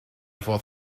efo